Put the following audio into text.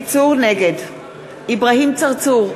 נגד אברהים צרצור,